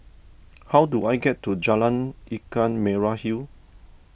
how do I get to Jalan Ikan Merah Hill